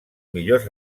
millors